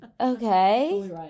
okay